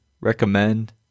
recommend